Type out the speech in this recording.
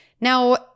Now